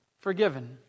forgiven